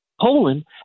Poland